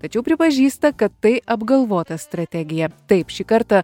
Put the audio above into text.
tačiau pripažįsta kad tai apgalvota strategija taip šį kartą